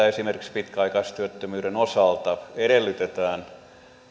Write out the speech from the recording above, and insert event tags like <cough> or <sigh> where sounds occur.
<unintelligible> esimerkiksi pitkäaikaistyöttömyyden osalta edellytetään